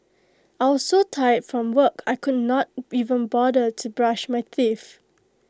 I was so tired from work I could not even bother to brush my teeth